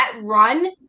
run